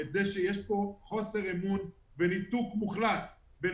את זה שיש פה חוסר אמון וניתוק מוחלט בין